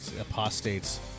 Apostates